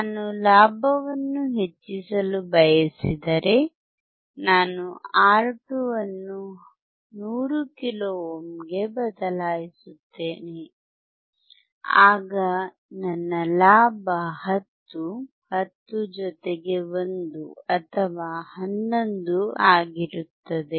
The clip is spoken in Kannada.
ನಾನು ಲಾಭವನ್ನು ಹೆಚ್ಚಿಸಲು ಬಯಸಿದರೆ ನಾನು R2 ಅನ್ನು 100 ಕಿಲೋ ಓಮ್ಗೆ ಬದಲಾಯಿಸುತ್ತೇನೆ ಆಗ ನನ್ನ ಲಾಭ 10 10 ಜೊತೆಗೆ 1 ಅಥವಾ 11 ಆಗಿರುತ್ತದೆ